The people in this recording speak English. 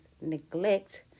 neglect